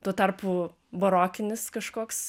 tuo tarpu barokinis kažkoks